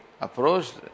approached